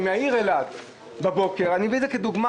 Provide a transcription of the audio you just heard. מהעיר אלעד אני נותן את זה כדוגמה